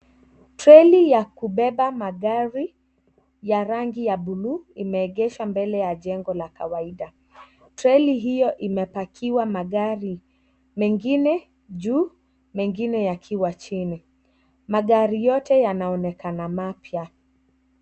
Treli ya kubeba magari ya rangi ya bulu imeegesha mbele ya jengo la kawaida, treli hiyo imepakiwa magari, mengine juu, mengine yakiwa chini, magari yote yanaonekana mapya.